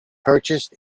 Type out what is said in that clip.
purchased